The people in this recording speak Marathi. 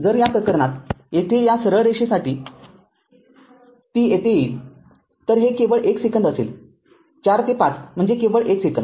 या प्रकरणात येथे या सरळ रेषेसाठी तो येथे येईल तर हे केवळ १ सेकंद असेल ४ ते ५ म्हणजे केवळ १ सेकंद